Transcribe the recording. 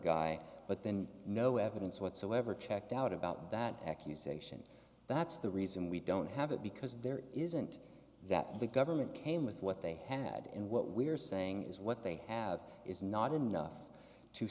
guy but then no evidence whatsoever checked out about that accusation that's the reason we don't have it because there isn't that the government came with what they had and what we're saying is what they have is not enough to